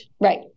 right